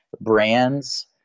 brands